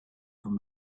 from